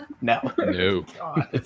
No